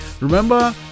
Remember